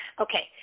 okay